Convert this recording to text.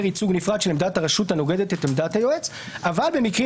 ייצוג נפרד של עמדת הרשות הנוגדת את עמדת היועץ אבל במקרים